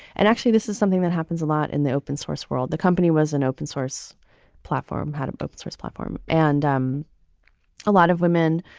and actually, this is something that happens a lot in the open source world. the company was an open source platform, had a open source platform, and um a lot of women,